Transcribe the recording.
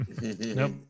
Nope